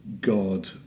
God